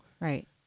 Right